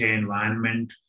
environment